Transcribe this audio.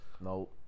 no